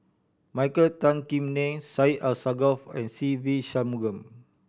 Michael Tan Kim Nei Syed Alsagoff and Se Ve Shanmugam